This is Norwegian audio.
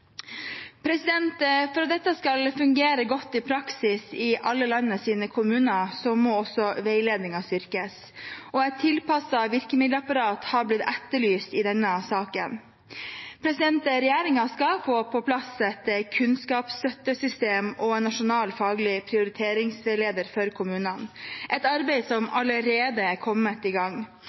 For at dette skal fungere godt i praksis i alle landets kommuner, må også veiledningen styrkes, og et tilpasset virkemiddelapparat har blitt etterlyst i denne saken. Regjeringen skal få på plass et kunnskapsstøttesystem og en nasjonal faglig prioriteringsleder for kommunene – et arbeid som allerede er kommet i gang.